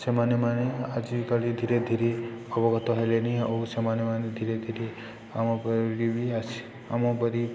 ସେମାନେ ମାନେ ଆଜିକାଲି ଧୀରେ ଧୀରେ ଅବଗତ ହେଲେଣି ଓ ସେମାନେ ମାନେ ଧୀରେ ଧୀରେ ଆମ ଆମ ପରି